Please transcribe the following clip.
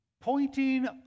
pointing